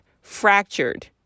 fractured